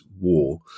war